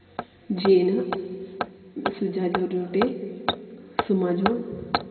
Jeena Suja Georgekutty Suma John